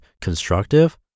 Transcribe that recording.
constructive